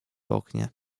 oknie